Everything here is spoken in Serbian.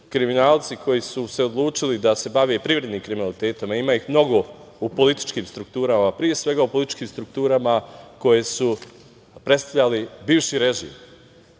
kriminalci koji su se odlučili da se bave privrednim kriminalitetom a ima ih mnogo u političkim strukturama, pre svega u političkim strukturama koje su predstavljale bivši režim,